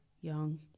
young